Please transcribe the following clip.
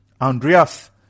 Andreas